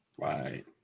Right